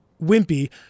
wimpy